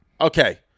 Okay